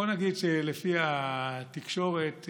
בוא נגיד שלפי התקשורת,